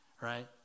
right